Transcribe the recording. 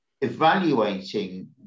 evaluating